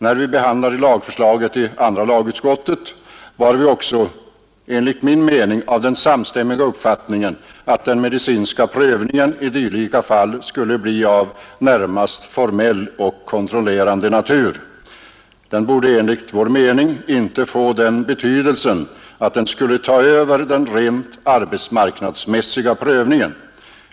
När vi behandlade lagförslaget i andra lagutskottet var vi enligt min mening också av den samstämmiga uppfattningen, att den medicinska prövningen i dylika fall skulle bli av närmast formell och kontrollerande natur. Den borde enligt vår mening inte få den betydelsen, att den skulle ta över den rent arbetsmarknadsmässiga prövningen.